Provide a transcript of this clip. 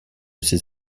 ces